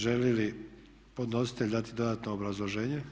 Želi li podnositelj dati dodatno obrazloženje?